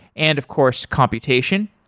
and of course, computation.